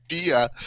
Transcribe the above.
idea